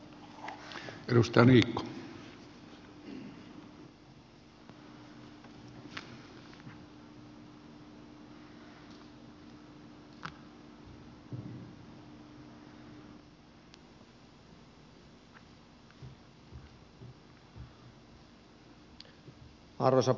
arvoisa puhemies